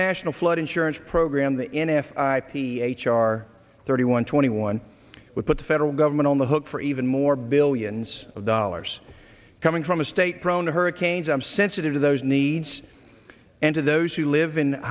national flood insurance program the n f l ip h r thirty one twenty one with the federal government on the hook for even more billions of dollars coming from a state prone to hurricanes i'm sensitive to those needs and to those who live in